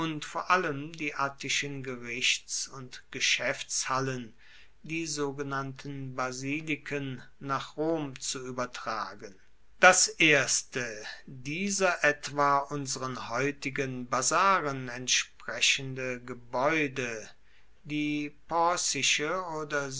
vor allem die attischen gerichts und geschaeftshallen die sogenannten basiliken nach rom zu uebertragen das erste dieser etwa unseren heutigen basaren entsprechende gebaeude die porcische oder